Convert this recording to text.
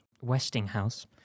Westinghouse